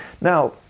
Now